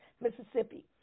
Mississippi